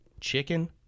Chicken